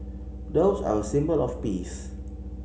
doves are a symbol of peace